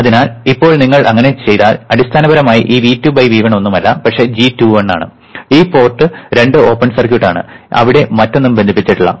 അതിനാൽ ഇപ്പോൾ നിങ്ങൾ അങ്ങനെ ചെയ്താൽ അടിസ്ഥാനപരമായി ഈ V2 V1 ഒന്നുമല്ല പക്ഷേ g21 ആണ് ഈ പോർട്ട് രണ്ട് ഓപ്പൺ സർക്യൂട്ട് ആണ് അവിടെ മറ്റൊന്നും ബന്ധിപ്പിച്ചിട്ടില്ല